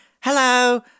hello